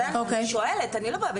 אז בגלל זה אני שואלת, אני לא באה בטענות.